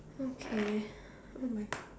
okay oh my